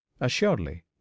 assuredly